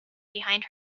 behind